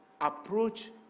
approach